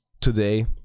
today